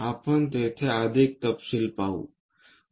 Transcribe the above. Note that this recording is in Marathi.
आपण तेथे अधिक तपशील पाहू